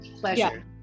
pleasure